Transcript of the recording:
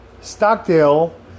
Stockdale